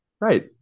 Right